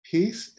Peace